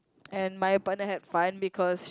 and my appointed had fine because